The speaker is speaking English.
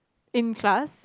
in class